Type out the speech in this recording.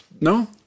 No